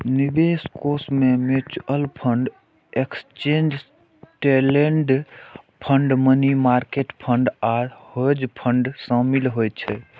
निवेश कोष मे mutual fund, exchange traded fund, money market fund आ हेज फंड शामिल होइ छै